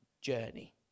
journey